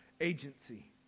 agency